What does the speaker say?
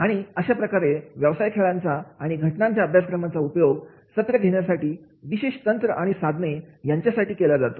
आणि अशा प्रकारे व्यवसाय खेळांचा आणि घटनांच्या अभ्यासाचा उपयोग सत्र घेण्यासाठी विशेष तंत्र आणि साधने यासाठी केला जातो